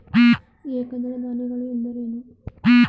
ಏಕದಳ ಧಾನ್ಯಗಳು ಎಂದರೇನು?